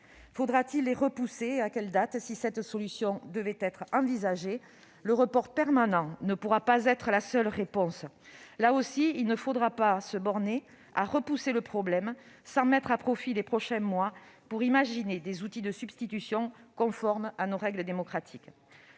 Faudra-t-il les repousser, et à quelle date ? Si cette solution devait être envisagée, le report permanent ne pourrait être la seule réponse. Là aussi, il ne faudra pas se borner à repousser le problème, sans mettre à profit les prochains mois pour imaginer des outils de substitution conformes à nos règles démocratiques.